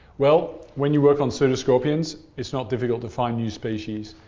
well, when you work on pseudoscorpions it's not difficult to find new species.